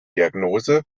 diagnose